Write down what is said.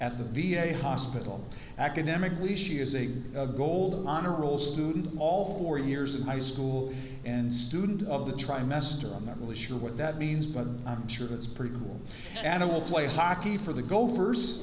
at the v a hospital academically she is a gold honor roll student all four years of my school and student of the trimester i'm not really sure what that means but i'm sure it's pretty cool animal to play hockey for the gophers